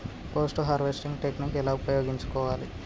Post harvesting technique ఎలా ఉపయోగించుకోవాలి?